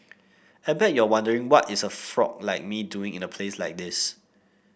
I bet you're wondering what is a frog like me doing in a place like this